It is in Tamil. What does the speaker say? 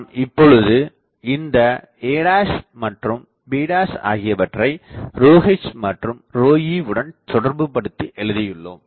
நாம் இப்பொழுது இந்த a மற்றும் b ஆகியவற்றை ρh மற்றும் ρe உடன் தொடர்புபடுத்தி எழுதியுள்ளோம்